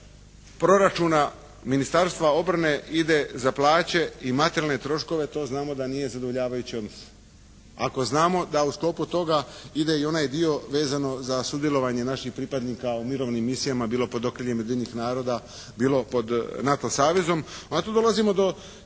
proračuna Ministarstva obrane ide za plaće i materijalne troškove to znamo da nije zadovoljavajuće. Ako znamo da u sklopu toga ide i onaj dio vezano za sudjelovanje naših pripadnika u mirovnim misijama bilo pod okriljem Ujedinjenih naroda, bilo pod NATO savezom onda tu dolazimo do